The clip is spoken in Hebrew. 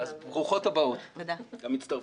ברוכות הבאות המצטרפות.